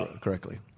correctly